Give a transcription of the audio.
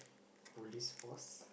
Police Force